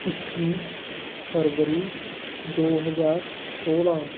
ਇੱਕੀ ਫਰਵਰੀ ਦੋ ਹਜ਼ਾਰ ਸੌਲਾਂ